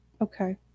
Okay